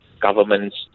government's